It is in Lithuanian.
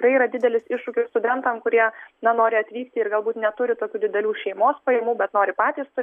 tai yra didelis iššūkis studentam kurie nenori atvykti ir galbūt neturi tokių didelių šeimos pajamų bet nori patys